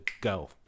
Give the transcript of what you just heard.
go